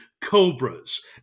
cobras